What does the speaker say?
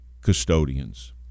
custodians